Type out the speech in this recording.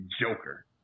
Joker